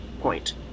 point